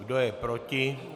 Kdo je proti?